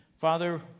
Father